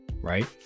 right